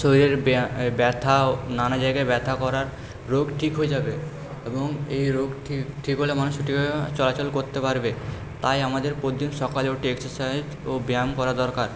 শরীরের ব্যাথা নানা জায়গায় ব্যাথা করার রোগ ঠিক হয়ে যাবে এবং এই রোগ ঠিক ঠিক হলে মানুষ চলাচল করতে পারবে তাই আমাদের প্রতিদিন সকালে উঠে এক্সেসাইজ ও ব্যায়াম করা দরকার